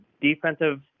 defensive